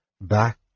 back